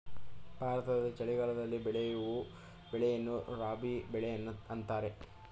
ಭಾರತದಲ್ಲಿ ಚಳಿಗಾಲದಲ್ಲಿ ಬೆಳೆಯೂ ಬೆಳೆಯನ್ನು ರಾಬಿ ಬೆಳೆ ಅಂತರೆ